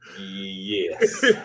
yes